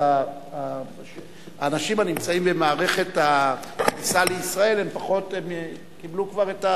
ואז האנשים הנמצאים במערכת הכניסה לישראל הם קיבלו כבר,